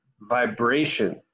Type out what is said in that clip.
vibration